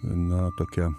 na tokia